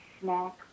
snack